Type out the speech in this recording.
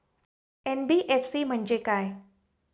NBFC म्हणजे काय?